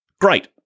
great